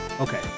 Okay